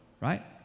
right